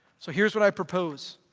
so here's what i propose.